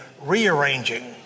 rearranging